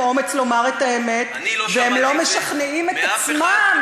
אומץ לומר את האמת והם לא משכנעים את עצמם?